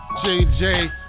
JJ